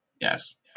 Yes